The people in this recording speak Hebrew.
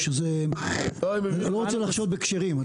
אני לא רוצה לחשוד בכשרים.